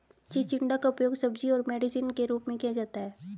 चिचिण्डा का उपयोग सब्जी और मेडिसिन के रूप में किया जाता है